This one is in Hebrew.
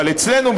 אבל אצלנו,